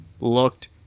looked